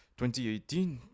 2018